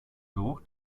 geruch